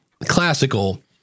classical